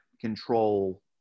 control